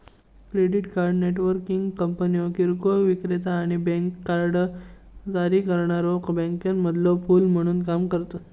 credit card networking कंपन्यो किरकोळ विक्रेता आणि बँक कार्ड जारी करणाऱ्यो बँकांमधलो पूल म्हणून काम करतत